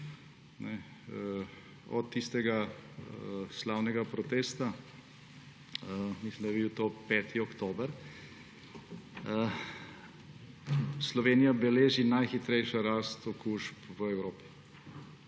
Od tistega slavnega protesta, mislim, da je bil to 5. oktober, Slovenija beleži najhitrejšo rast okužb v Evropi